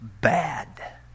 bad